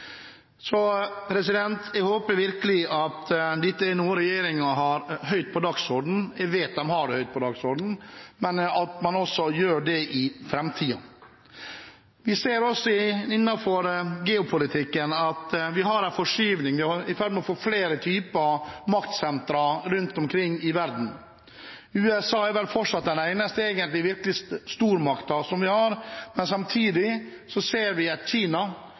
Så jeg håper virkelig at dette er noe regjeringen har høyt på dagsordenen, eller jeg vet den har det høyt på dagsordenen, og at man også har det i framtiden. Vi ser innenfor geopolitikken at vi har en forskyvning. Vi er i ferd med å få flere typer maktsentra rundt omkring i verden. USA er vel fortsatt den eneste virkelige stormakten vi har, men samtidig ser vi et Kina